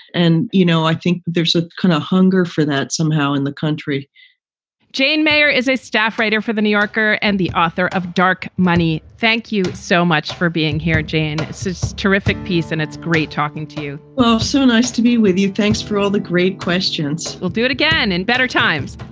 and, you know, i think there's a kind of hunger for that somehow in the country jane mayer is a staff writer for the new yorker and the author of dark money. thank you so much for being here jane, it's a terrific piece and it's great talking to you oh, so nice to be with you. thanks for all the great questions we'll do it again in better times.